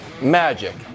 magic